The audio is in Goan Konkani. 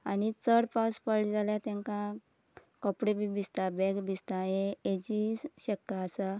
आनी चड पावस पडलो जाल्यार तेंकां कपडे बी भिजता बॅग भिजता हेजी शक्य आसा